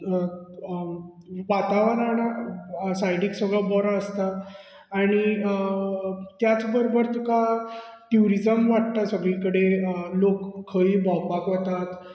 वातावरण सायडीक सगळो बरो आसता आनी त्याच बरोबर तुका ट्यूरिजम वाडटो सगळी कडेन लोक खंयूय भोंवपाक वतात